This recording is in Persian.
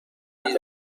زیادی